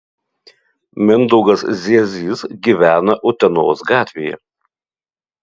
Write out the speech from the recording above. mindaugas ziezys gyvena utenos gatvėje